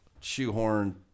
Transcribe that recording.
shoehorn